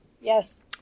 Yes